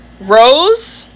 rose